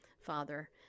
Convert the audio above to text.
Father